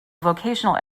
vocational